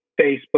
Facebook